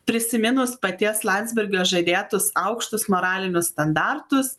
prisiminus paties landsbergio žadėtus aukštus moralinius standartus